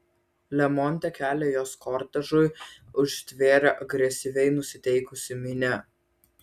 lemonte kelią jos kortežui užtvėrė agresyviai nusiteikusi minia